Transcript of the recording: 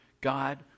God